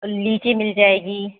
लीची मिल जाएगी